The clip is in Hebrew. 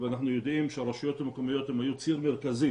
ואנחנו יודעים שהרשויות המקומיות היו ציר מרכזי